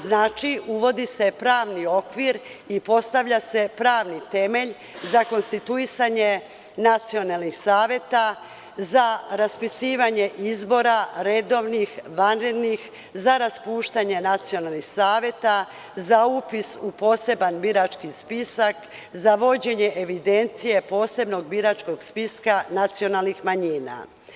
Znači, uvodi se pravni okvir i postavlja se pravni temelj za konstituisanje nacionalnih saveta, za raspisivanje izbora redovnih i vanrednih, za raspuštanje nacionalnih saveta, za upis u poseban birački spisak, za vođenje evidencije posebnog biračkog spiska nacionalnih manjina.